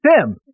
Tim